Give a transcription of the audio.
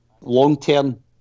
long-term